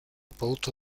producto